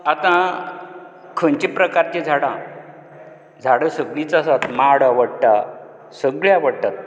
आता खंयच्या प्रकारचीं झाडां झाडां सगलींच आसात माड आवडटा सगळें आवडटा